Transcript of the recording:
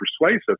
persuasive